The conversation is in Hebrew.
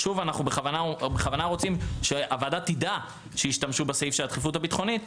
אנחנו בכוונה רוצים שהוועדה תדע שהשתמשו בסעיף של הדחיפות הביטחונית,